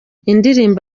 indirimbo